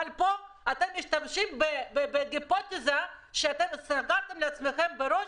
פה אתם משתמשים בהיפותזה שסגרתם לעצמכם בראש